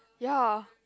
ya